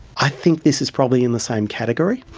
i think this is probably in the same category,